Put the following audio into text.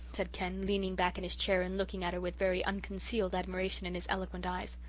said ken, leaning back in his chair and looking at her with very unconcealed admiration in his eloquent eyes.